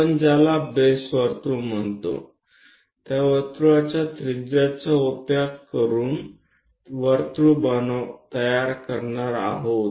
आपण ज्याला बेस वर्तुळ म्हणतो त्या वर्तुळाचा त्रिज्याचा उपयोग करून वर्तुळ तयार करणार आहोत